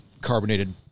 carbonated